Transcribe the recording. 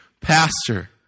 pastor